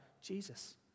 Jesus